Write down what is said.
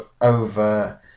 over